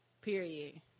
period